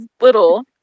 little